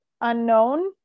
unknown